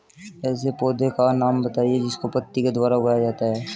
ऐसे पौधे का नाम बताइए जिसको पत्ती के द्वारा उगाया जाता है